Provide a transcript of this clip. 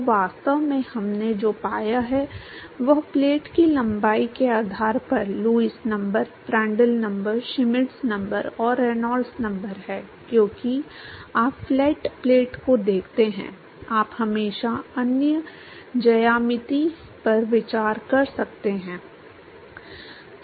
तो वास्तव में हमने जो पाया है वह प्लेट की लंबाई के आधार पर Lewis number Prandtl number Schmidt number और रेनॉल्ड्स नंबर है क्योंकि आप फ्लैट प्लेट को देखते हैं आप हमेशा अन्य ज्यामिति पर विचार कर सकते हैं